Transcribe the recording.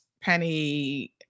Penny